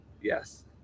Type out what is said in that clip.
Yes